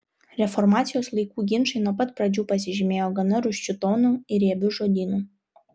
reformacijos laikų ginčai nuo pat pradžių pasižymėjo gana rūsčiu tonu ir riebiu žodynu